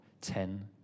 ten